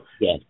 Yes